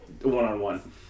One-on-one